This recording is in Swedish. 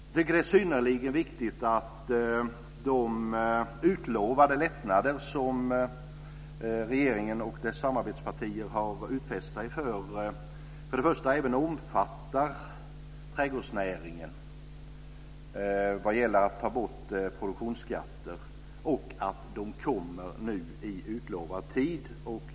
Jag tycker att det är synnerligen viktigt att de lättnader som regeringen och dess samarbetspartier har utfäst även omfattar trädgårdsnäringen vad gäller att ta bort produktionsskatter och att de kommer i utlovad tid.